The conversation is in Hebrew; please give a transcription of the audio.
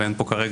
ואין פה כרגע,